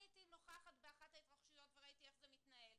אני גם הייתי נוכחת באחת ההתרחשויות וראיתי איך זה מתנהל.